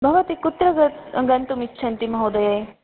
भवति कुत्र गत् गन्तुम् इच्छन्ति महोदये